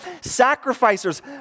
sacrificers